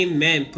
Amen